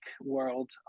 world